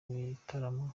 bitaramo